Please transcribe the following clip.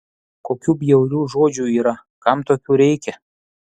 kokių bjaurių žodžių yra kam tokių reikia